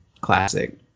classic